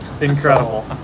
Incredible